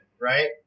Right